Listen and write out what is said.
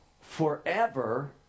forever